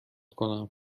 کنم